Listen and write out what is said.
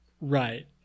Right